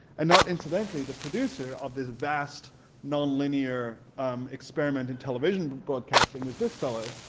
and not incidentally the producer of this vast non-linear experiment in television but broadcasting was this fellow,